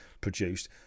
produced